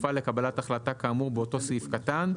התקופה לקבלת החלטה כאמור באותו סעיף קטן,